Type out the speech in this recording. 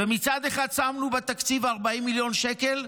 ומצד אחד שמנו בתקציב 40 מיליון שקל,